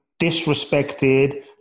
disrespected